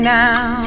now